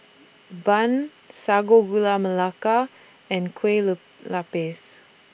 Bun Sago Gula Melaka and Kue Look Lupis